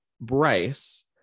Bryce